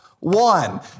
One